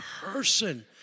person